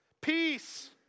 peace